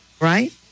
right